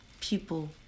people